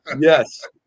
Yes